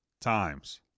times